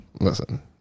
Listen